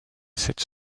sept